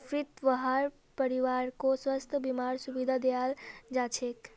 फ्रीत वहार परिवारकों स्वास्थ बीमार सुविधा दियाल जाछेक